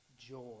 joy